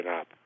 up